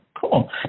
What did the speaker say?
Cool